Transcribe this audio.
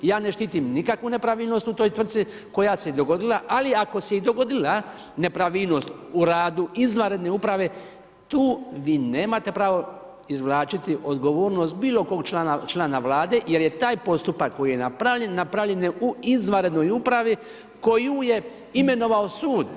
Ja ne štitim nikakvu nepravilnost u toj tvrtci koja se dogodila, ali i ako se dogodila nepravilnost u radu izvanredne uprave, tu vi nemate pravo izvlačiti odgovornost bilo kog člana Vlade jer je taj postupak koji je napravljen, napravljen je u izvanrednoj upravi koju je imenovao sud.